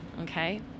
okay